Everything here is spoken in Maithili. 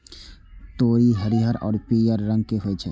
तोरी हरियर आ पीयर रंग के होइ छै